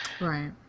Right